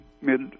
mid